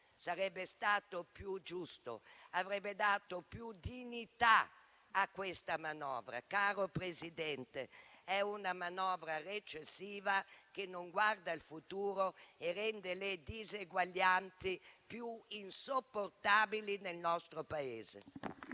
Sarebbe stato più giusto, avrebbe dato più dignità a questa manovra che, signor Presidente, è una manovra recessiva, che non guarda il futuro e rende le diseguaglianze più insopportabili nel nostro Paese.